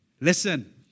Listen